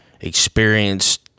experienced